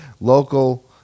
local